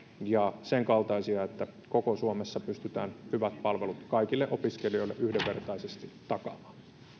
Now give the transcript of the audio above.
ja sen kaltaisia että koko suomessa pystytään hyvät palvelut kaikille opiskelijoille yhdenvertaisesti takaamaan